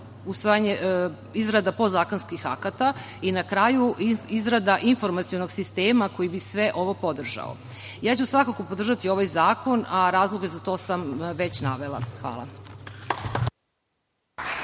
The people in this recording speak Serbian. sledi izrada podzakonskih akata i na kraju izrada informacionog sistema koji bi sve ovo podržao. Ja ću svakako podržati ovaj zakon, a razloge za to sam već navela. Hvala.